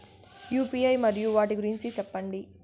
UPI మరియు వాటి గురించి సెప్పండి?